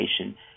education